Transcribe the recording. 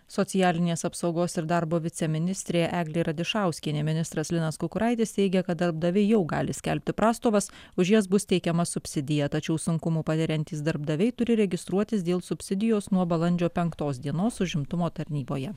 socialinės apsaugos ir darbo viceministrė eglė radišauskienė ministras linas kukuraitis teigė kad darbdaviai jau gali skelbti prastovas už jas bus teikiama subsidija tačiau sunkumų patiriantys darbdaviai turi registruotis dėl subsidijos nuo balandžio penktos dienos užimtumo tarnyboje